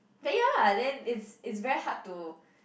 then ya lah then it's it's very hard to